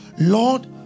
Lord